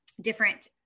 different